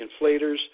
inflators